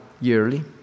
yearly